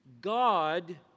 God